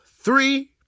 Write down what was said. three